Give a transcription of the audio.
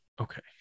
Okay